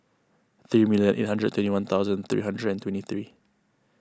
three million eight hundred and twenty one thunsand three hundred and twenty three